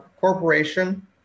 corporation